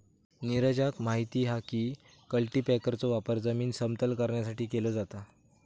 नीरजाक माहित हा की कल्टीपॅकरचो वापर जमीन समतल करण्यासाठी केलो जाता